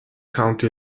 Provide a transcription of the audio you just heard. county